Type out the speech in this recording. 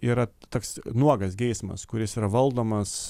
yra toks nuogas geismas kuris yra valdomas